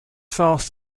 fast